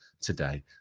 today